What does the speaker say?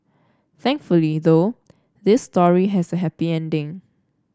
thankfully though this story has a happy ending